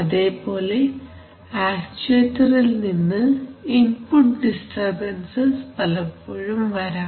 അതേപോലെ ആക്ചുവേറ്ററിൽനിന്ന് input disturbances പലപ്പോഴും വരാം